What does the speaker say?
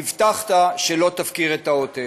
הבטחת שלא תפקיר את העוטף.